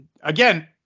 again